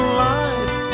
life